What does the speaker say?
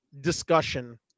discussion